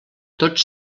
tots